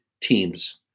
teams